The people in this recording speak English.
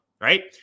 right